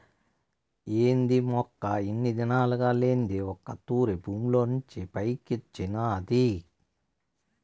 ఏంది మొక్క ఇన్ని దినాలుగా లేంది ఒక్క తూరె భూమిలోంచి పైకొచ్చినాది